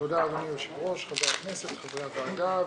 תודה אדוני היושב-ראש, חברי הכנסת, חברי הוועדה.